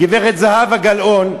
גברת זהבה גלאון,